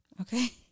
Okay